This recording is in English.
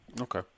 Okay